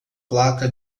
placa